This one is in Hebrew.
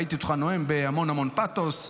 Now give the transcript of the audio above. ראיתי אותך נואם בהמון המון פתוס.